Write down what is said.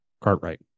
Cartwright